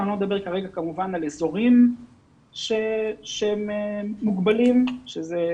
אני לא מדבר כרגע על אזורים שהם מוגבלים, שזה